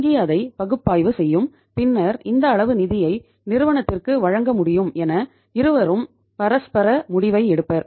வங்கி அதை பகுப்பாய்வு செய்யும் பின்னர் இந்த அளவு நிதியை நிறுவனத்திற்கு வழங்க முடியும் என இருவரும் பரஸ்பர முடிவை எடுப்பர்